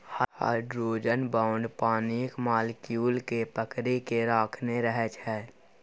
hydrogen bond पानिक molecule केँ पकरि केँ राखने रहै छै